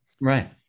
Right